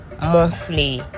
monthly